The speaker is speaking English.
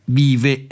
vive